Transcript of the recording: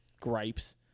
gripes